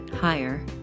higher